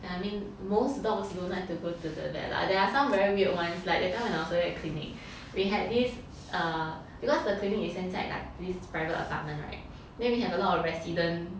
I mean most dogs don't like to go to the vet lah there are some very weird ones like that time when I was at clinic we had this err because the clinic is inside like this private apartment [right] then we have a lot of resident